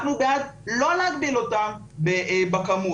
אנחנו בעד לא להגביל אותם בכמות,